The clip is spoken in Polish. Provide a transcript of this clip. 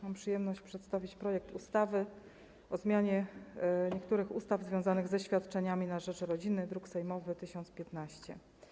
Mam przyjemność przedstawić projekt ustawy o zmianie niektórych ustaw związanych ze świadczeniami na rzecz rodziny, druk sejmowy nr 1015.